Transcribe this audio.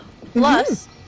Plus